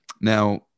Now